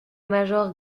major